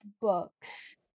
books